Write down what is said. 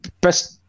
best